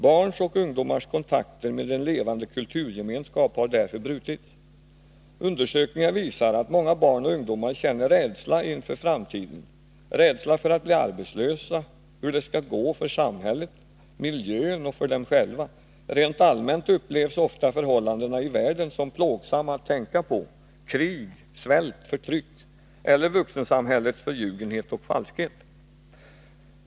Barns och ungdomars kontakter med en levande kulturgemenskap har därför brutits. Undersökningar visar att många barn och ungdomar känner rädsla inför framtiden, rädsla för att bli arbetslösa, hur det skall gå för samhället, miljön och för dem själva. Rent allmänt upplevs ofta förhållandena i världen som plågsamma att tänka på — krig, svält, förtryck eller vuxensamhällets förljugenhet och falskhet.